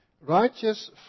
Righteous